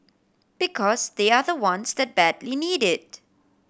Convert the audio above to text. because they are the ones that badly need it